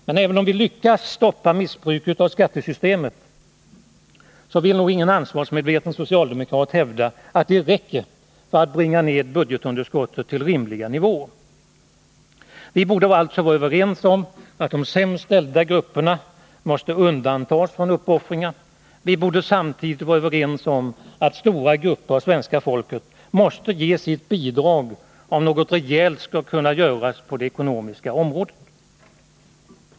Men även om vi lyckas stoppa missbruket av skattesystemet, så vill nog ingen ansvarsmedveten socialdemokrat hävda att det räcker för att bringa ned budgetunderskottet till rimliga nivåer. Vi borde alltså vara överens om att de sämst ställda grupperna måste undantas från uppoffringar. Vi borde samtidigt vara överens om att stora grupper av svenska folket måste ge sitt bidrag, om något rejält skall kunna göras på det ekonomiska området.